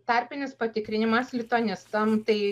tarpinis patikrinimas lituanistam tai